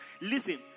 Listen